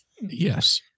Yes